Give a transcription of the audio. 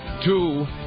two